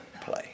play